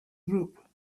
group